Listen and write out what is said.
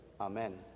Amen